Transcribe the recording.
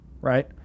right